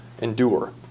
endure